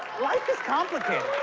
life is complicated.